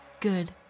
Good